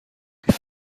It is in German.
die